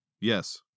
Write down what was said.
Yes